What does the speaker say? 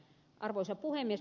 arvoisa puhemies